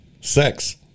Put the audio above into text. Sex